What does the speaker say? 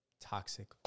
toxic